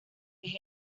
eje